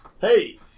Hey